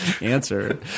answer